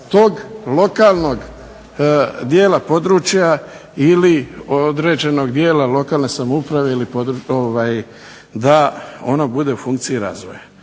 tog lokalnog dijela područja ili određenog dijela lokalne samouprave da ono bude u funkciji razvoja.